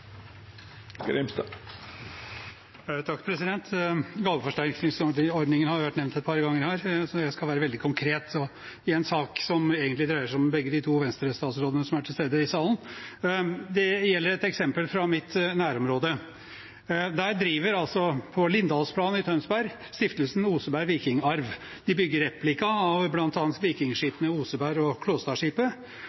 Gaveforsterkningsordningen har vært nevnt et par ganger her, så jeg skal være veldig konkret – i en sak som egentlig dreier seg om begge de to Venstre-statsrådene som er til stede i salen. Det gjelder et eksempel fra mitt nærområde. Der, på Lindahlplan i Tønsberg, driver altså stiftelsen Oseberg Vikingarv og bygger replikaer av